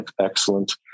excellent